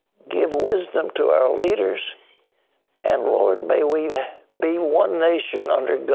give wisdom to our leaders and lord, may we be one nation under and